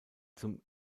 zum